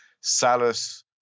Salus